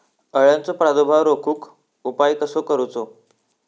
अळ्यांचो प्रादुर्भाव रोखुक उपाय कसो करूचो?